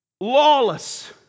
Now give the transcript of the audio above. Lawless